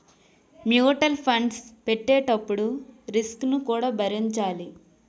mutual funds పెట్టేటప్పుడు risk ను కూడా భరించాలి